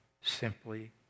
simply